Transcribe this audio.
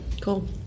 cool